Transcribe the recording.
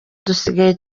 dusigaye